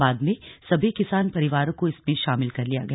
बाद में सभी किसान परिवारों को इसमें शामिल कर लिया गया